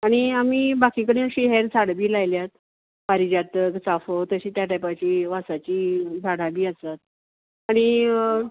आनी आमी बाकी कडेन अशीं हेर झाडां बी लायल्यात पारिजात चाफो तशीं त्या टायपाची वासाची झाडां बी आसात आनी